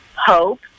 hope